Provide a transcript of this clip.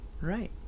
Right